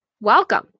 Welcome